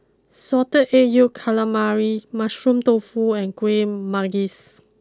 Salted Egg Yolk Calamari Mushroom Tofu and Kueh Manggis